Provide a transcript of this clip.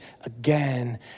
Again